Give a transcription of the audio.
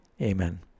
Amen